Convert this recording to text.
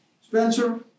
Spencer